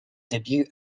debut